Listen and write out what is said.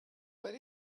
but